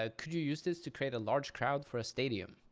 ah could you use this to create a large crowd for a stadium?